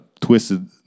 twisted